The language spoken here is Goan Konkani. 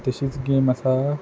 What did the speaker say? तशीच गेम आसा